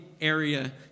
area